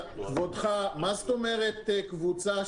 ההורים משלמים סכומי עתק על הלימודים האלה יודעים שיש קבוצה גדולה.